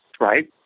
right